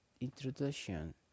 introduction